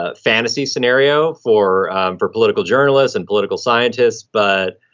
ah fantasy scenario for for political journalists and political scientists. but,